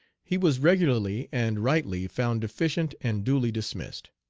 he was regularly and rightly found deficient and duly dismissed.